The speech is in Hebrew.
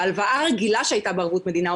בהלוואה הרגילה שהייתה בערבות מדינה,